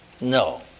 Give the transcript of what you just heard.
No